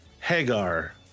Hagar